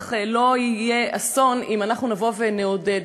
ובטח לא יהיה אסון אם אנחנו נבוא ונעודד.